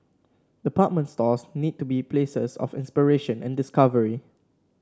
department stores need to be places of inspiration and discovery